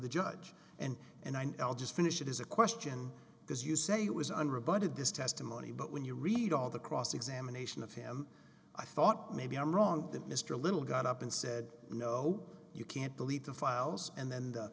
the judge and an l just finish it is a question because you say it was an rebutted this testimony but when you read all the cross examination of him i thought maybe i'm wrong that mr little got up and said no you can't delete the files and then